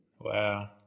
Wow